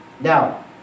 Now